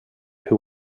who